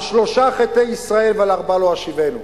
על שלושה חטאי ישראל ועל ארבעה לא אשיבנו.